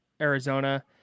Arizona